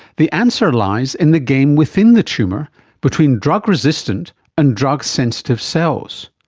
the answer lies in the game within the tumour between drug resistant and drug sensitive cells.